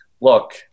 look